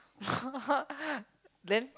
then